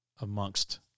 amongst